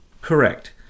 Correct